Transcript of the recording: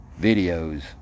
videos